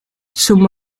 sum